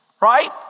Right